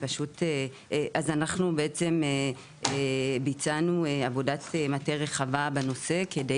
אנחנו ביצענו עבודת מטה רחבה בנושא כדי